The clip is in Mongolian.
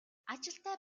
ажилтай